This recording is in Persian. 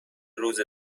روز